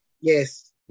yes